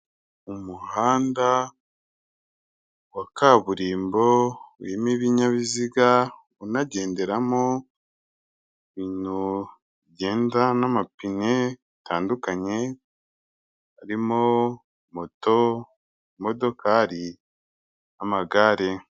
Umuhanda wa kaburimbo urimo ibinyabiziga unagenderamo ibintu bigenda n'amapine bitandukanye harimo moto, imodokari n'amagare.